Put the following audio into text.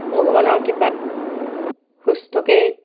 ভগৱানৰ কৃৃপাত সুস্থকেই